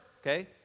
Okay